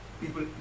people